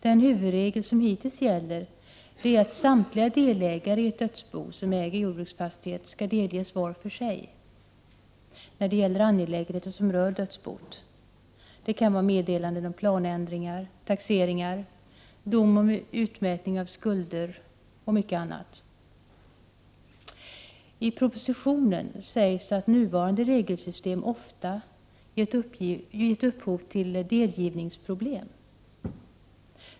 Den huvudregel som hittills gällt är att samtliga delägare i ett dödsbo som äger en jordbruksfastighet skall delges var för sig när det gäller angelägenheter som rör dödsboet. Det kan vara fråga om meddelanden om planändringar, taxeringar, dom om utmätning av skulder och mycket annat. I propositionen sägs det att nuvarande regelsystem ofta har gett upphov till delgivningsproblem.